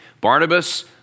Barnabas